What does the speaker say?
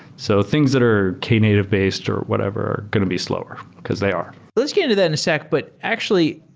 so things that are k-native based or whatever are going to be slower, because they are let's get into that in a sec. but actually,